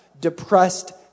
depressed